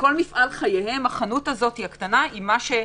שכל מפעל חייהם, החנות הזאת הקטנה היא מה שיקרוס.